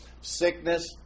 sickness